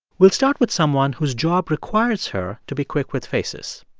we'll start with someone whose job requires her to be quick with faces.